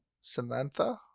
Samantha